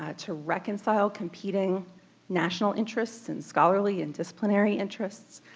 ah to reconcile competing national interests and scholarly and disciplinary interests,